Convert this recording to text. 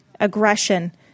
aggression